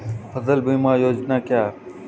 फसल बीमा योजना क्या है?